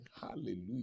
Hallelujah